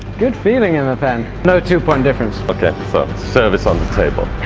good feeling in the pen! no two point difference. okay so service on the table!